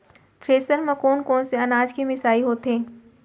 Thresher म कोन कोन से अनाज के मिसाई होथे?